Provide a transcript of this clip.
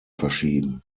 verschieben